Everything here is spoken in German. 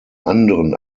anderen